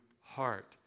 heart